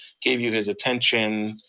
gave you his attention,